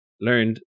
learned